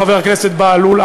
חבר הכנסת בהלול,